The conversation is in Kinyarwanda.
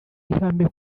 ihame